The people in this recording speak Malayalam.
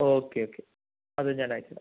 ഓക്കെ അത് ഞാൻ അയച്ചിടാം